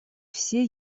все